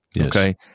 Okay